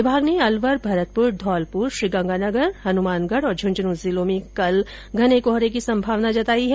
विभाग ने अलवर भरतपुर धौलपुर गंगानगर हनुमानगढ और झुंझनू जिलों में कल घने कोहरे की संभावना जतायी है